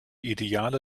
ideale